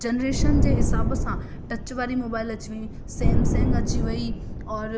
generation जे हिसाब सां टच वारे मोबाइल अची वयूं सैंमसंग अची वई और